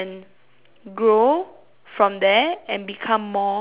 grow from there and become more confident